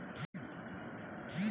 क्या बजाज फाइनेंस विश्वसनीय है?